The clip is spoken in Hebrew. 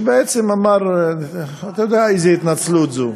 בעצם אמר, אתה יודע איזו התנצלות זו: